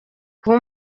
kuba